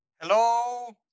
hello